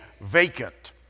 vacant